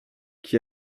qui